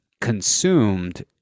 consumed